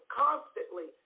constantly